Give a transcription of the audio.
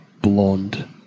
blonde